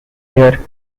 here